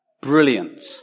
Brilliant